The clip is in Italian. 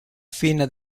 fine